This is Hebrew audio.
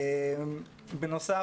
בנוסף,